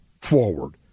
forward